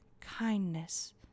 Kindness